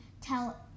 tell